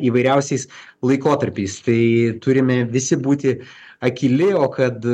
įvairiausiais laikotarpiais tai turime visi būti akyli o kad